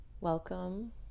Welcome